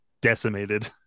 decimated